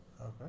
Okay